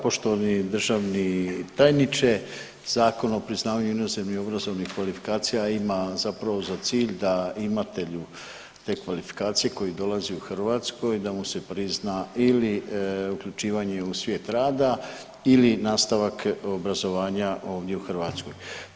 Poštovani državni tajniče, Zakon o priznavanju inozemnih obrazovnih kvalifikacija ima zapravo za cilj da imatelju te kvalifikacije koji dolazi u Hrvatskoj da mu se prizna ili uključivanje u svijet rada ili nastavak obrazovanja ovdje u Hrvatskoj.